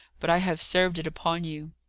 but i have served it upon you.